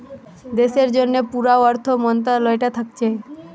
দেশের জন্যে পুরা অর্থ মন্ত্রালয়টা থাকছে